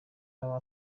aba